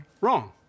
Wrong